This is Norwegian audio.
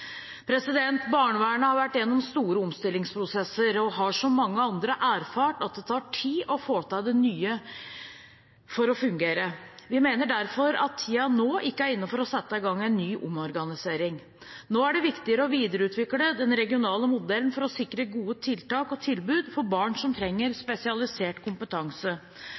Barnevernet har vært gjennom store omstillingsprosesser og har som mange andre erfart at det tar tid å få det nye til å fungere. Vi mener derfor at tiden ikke er inne for å sette i gang en ny omorganisering nå. Nå er det viktigere å videreutvikle den regionale modellen for å sikre gode tiltak og tilbud for barn som trenger spesialisert kompetanse.